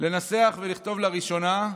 לנסח ולכתוב לראשונה,